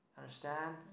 Understand